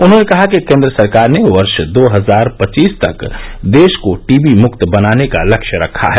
उन्होंने कहा कि केंद्र सरकार ने वर्ष दो हजार पच्चीस तक देश को टीबी मुक्त बनाने का लक्ष्य रखा है